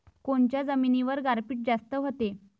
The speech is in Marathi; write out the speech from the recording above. कोनच्या जमिनीवर गारपीट जास्त व्हते?